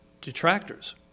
detractors